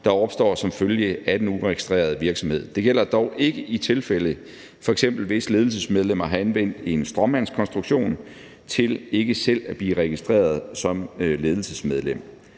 der opstår som følge af den uregistrerede virksomhed. Det gælder dog ikke i de tilfælde, hvor f.eks. ledelsesmedlemmer har anvendt en stråmandskonstruktion til ikke selv at blive registreret som ledelsesmedlem.